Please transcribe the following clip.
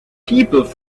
people